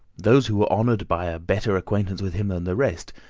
those who were honoured by a better acquaintance with him than the rest,